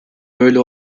böyle